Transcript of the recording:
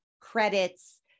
credits